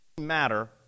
matter